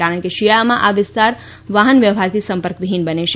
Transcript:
કારણ કે શિયાળામાં આ વિસ્તાર વાહન વ્યવહારથી સંપર્ક વીહીન બને છે